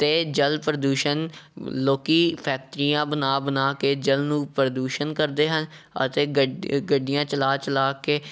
ਅਤੇ ਜਲ ਪ੍ਰਦੂਸ਼ਣ ਲੋਕ ਫੈਕਟਰੀਆਂ ਬਣਾ ਬਣਾ ਕੇ ਜਲ ਨੂੰ ਪ੍ਰਦੂਸ਼ਣ ਕਰਦੇ ਹਨ ਅਤੇ ਗਡ ਗੱਡੀਆਂ ਚਲਾ ਚਲਾ ਕੇ